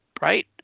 right